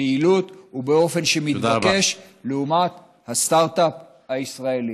ביעילות ובאופן שמתבקש מאומת הסטרטאפ הישראלי.